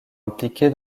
impliqué